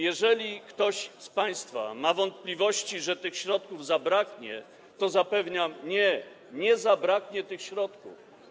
Jeżeli ktoś z państwa ma wątpliwości, że tych środków zabraknie, to zapewniam: nie, nie zabraknie tych środków.